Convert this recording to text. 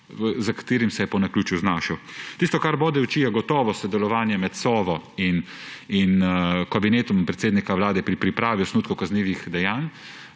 v katerem se je po naključju znašel. Tisto, kar bode v oči, je gotovo sodelovanje med Sovo in kabinetom predsednika Vlade pri pripravi osnutkov kaznivih dejanj,